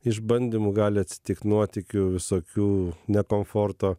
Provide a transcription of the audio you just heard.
išbandymų gali atsitikt nuotykių visokių ne komforto